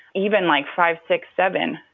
even like five, six, seven,